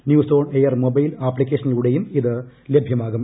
news On Air mobile ആപ്തിക്കേഷനിലൂടെയും ഇത് ലഭ്യമാകും